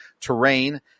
Terrain